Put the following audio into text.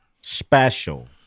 Special